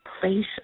place